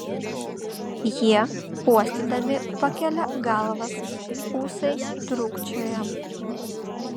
jie uostydami pakelia galvas ūsai trūkčioja